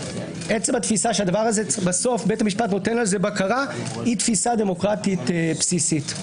עצם התפיסה שבסוף בית המשפט נותן על זה בקרה היא תפיסה דמוקרטית בסיסית.